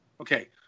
Okay